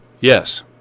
Yes